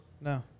No